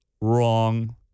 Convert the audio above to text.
wrong